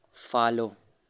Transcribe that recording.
follow